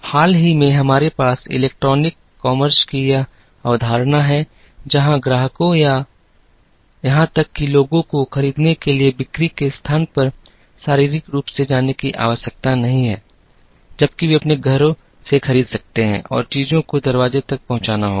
हाल ही में हमारे पास इलेक्ट्रॉनिक कॉमर्स की यह अवधारणा है जहां ग्राहकों या यहां तक कि लोगों को खरीदने के लिए बिक्री के स्थान पर शारीरिक रूप से जाने की आवश्यकता नहीं है जबकि वे अपने घरों से खरीद सकते हैं और चीजों को दरवाजे पर पहुंचाना होगा